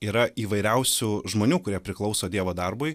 yra įvairiausių žmonių kurie priklauso dievo darbui